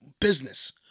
business